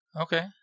okay